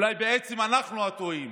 אולי בעצם אנחנו הטועים?